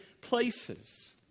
places